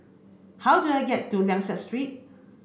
how do I get to Liang Seah Street